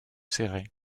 céret